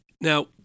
Now